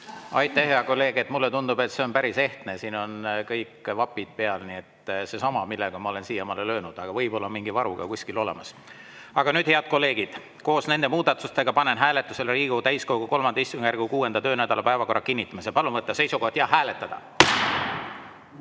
Aitäh, hea kolleeg! Mulle tundub, et see on päris ehtne, siin on kõik vapid peal. Nii et seesama, millega ma olen siiamaale löönud. Aga võib-olla on mingi varu ka kuskil olemas. Nüüd, head kolleegid, koos nende muudatustega panen hääletusele Riigikogu täiskogu III istungjärgu 6. töönädala päevakorra kinnitamise. Palun võtta seisukoht ja hääletada!